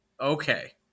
Okay